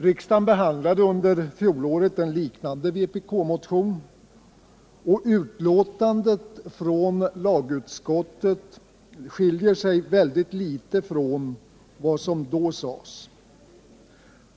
Riksdagen behandlade under fjolåret en liknande vpk-motion, och betänkandet från lagutskottet skiljer sig väldigt litet från vad som då sades.